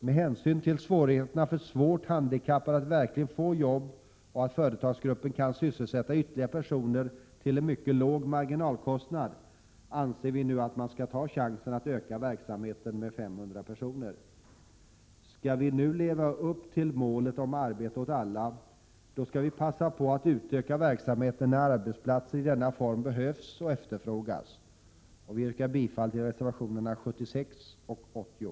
Med hänsyn till svårigheterna för de svårt handikappade att verkligen få arbete och till att företagsgruppen kan sysselsätta ytterligare personer till en mycket låg marginalkostnad, anser vi att man nu skall ta chansen att öka verksamheten med 500 personer. Skall vi nu leva upp till målet om arbete åt alla, bör vi passa på att utöka verksamheten när arbetsplatser i denna form behövs och efterfrågas. Jag yrkar bifall till reservationerna 76 och 80.